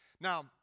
Now